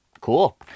Cool